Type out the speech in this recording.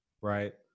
Right